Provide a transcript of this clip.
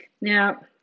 Now